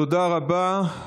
תודה רבה.